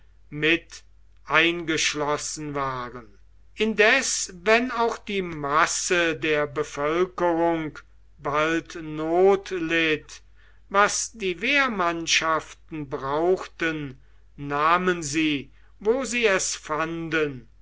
mit eingeschlossen waren indes wenn auch die masse der bevölkerung bald not litt was die wehrmannschaften brauchten nahmen sie wo sie es fanden